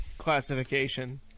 classification